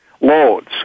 loads